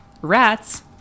Rats